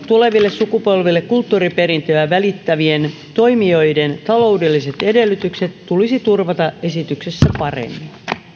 tuleville sukupolville kulttuuriperintöä välittävien toimijoiden taloudelliset edellytykset tulisi turvata esityksessä paremmin